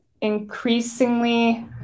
increasingly